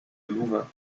louvain